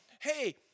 hey